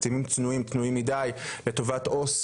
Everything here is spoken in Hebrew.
לטובת עו״ס